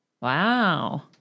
Wow